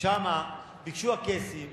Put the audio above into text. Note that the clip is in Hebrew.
שם ביקשו הקייסים